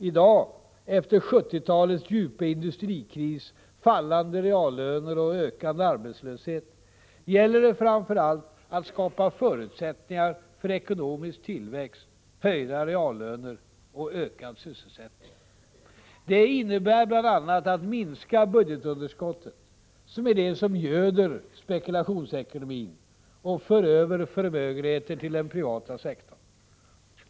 I dag, efter 1970-talets djupa industrikris, fallande reallöner och ökande arbetslöshet, gäller det framför allt att skapa förutsättningar för ekonomisk tillväxt, höjda reallöner och ökad sysselsättning. Det innebär bl.a. att minska budgetunderskottet, som är det som göder spekulationsekonomin och för över förmögenheter till den privata sektorn.